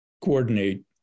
coordinate